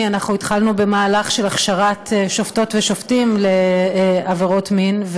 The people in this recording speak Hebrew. התחלנו במהלך של הכשרת שופטים ושופטים לעבירות מין,